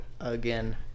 again